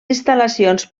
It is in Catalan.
instal·lacions